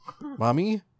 Mommy